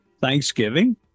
Thanksgiving